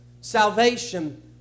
salvation